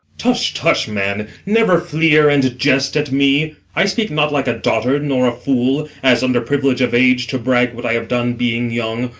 tush, tush, man! never fleer and jest at me i speak not like a dotard nor a fool, as, under privilege of age, to brag what i have done being young,